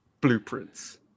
blueprints